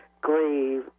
grieve